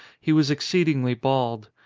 he was exceedingly bald.